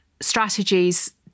strategies